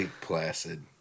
Placid